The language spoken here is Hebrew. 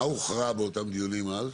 מה הוכרע באותם דיונים אז?